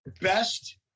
Best